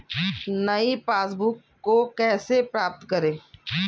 नई पासबुक को कैसे प्राप्त करें?